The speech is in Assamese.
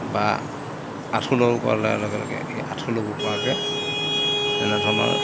বা আঁঠু ল' কৰা লগে লগে সেই আঁঠু ল'ব পৰাকৈ তেনেধৰণৰ